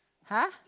!huh!